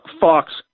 Fox